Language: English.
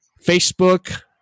Facebook